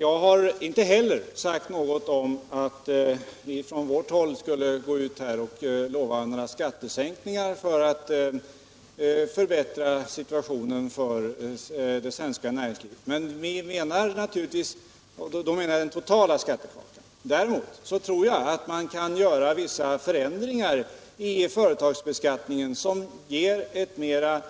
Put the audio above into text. Jag har inte heller sagt att vi från vårt håll skulle lova en sänkning av de totala skattekostnaderna för att förbättra situationen för det svenska näringslivet. Däremot tror jag att man kan göra vissa förändringar i fö 81 retagsbeskattningen som ger ett mera